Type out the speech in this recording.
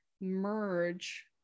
merge